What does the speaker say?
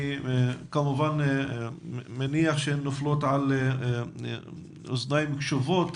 אני מניח שהן נופלות על אוזניים קשובות.